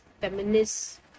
feminist